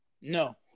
No